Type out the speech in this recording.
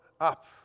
up